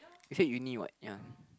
you say uni what ya